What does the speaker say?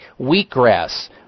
wheatgrass